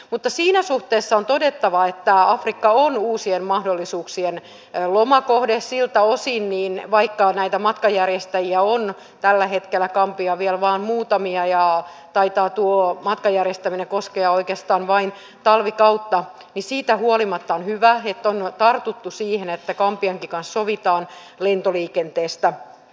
mutta on todettava että afrikka on uusien mahdollisuuksien lomakohde vaikka näitä matkanjärjestäjiä on tällä hetkellä gambiaan vielä vain muutamia ja taitaa tuo matkanjärjestäminen koskea oikeastaan vain talvikautta niin siitä huolimatta on hyvä että on tartuttu siihen että gambiankin kanssa sovitaan lentoliikenteestä